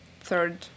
third